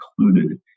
included